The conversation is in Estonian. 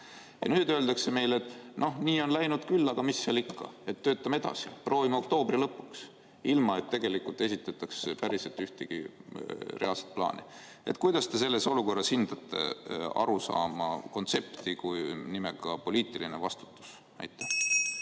Ja nüüd öeldakse meile, et noh, nii on läinud küll, aga mis seal ikka, töötame edasi, proovime oktoobri lõpuks, ilma et tegelikult esitatakse ühtegi päriselt reaalset plaani. Kuidas te selles olukorras hindate kontsepti nimetusega "poliitiline vastutus"? Aitäh,